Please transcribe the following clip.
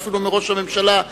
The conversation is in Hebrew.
ואפילו מראש הממשלה,